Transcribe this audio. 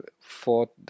fought